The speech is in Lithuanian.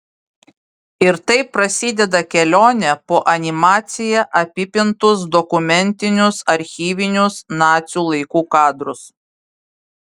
ir taip prasideda kelionė po animacija apipintus dokumentinius archyvinius nacių laikų kadrus